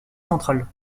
centrale